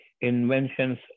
inventions